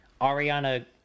Ariana